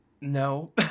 No